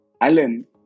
Alan